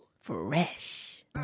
fresh